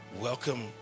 Welcome